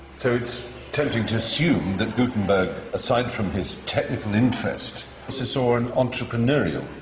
so it's tempting to assume that gutenberg, aside from his technical interest, also saw an entrepreneurial.